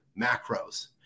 macros